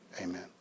amen